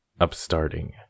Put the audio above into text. upstarting